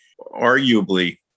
arguably